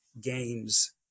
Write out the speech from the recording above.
games